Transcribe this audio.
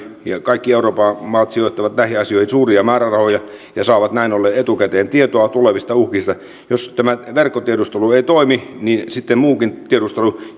ja kaikki euroopan maat sijoittavat näihin asioihin suuria määrärahoja ja saavat näin ollen etukäteen tietoa tulevista uhkista jos tämä verkkotiedustelu ei toimi niin sitten muukin tiedustelu